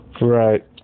Right